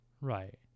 right